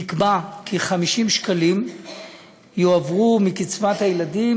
נקבע כי 50 שקלים יועברו מקצבת הילדים